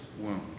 wound